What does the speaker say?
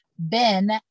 Ben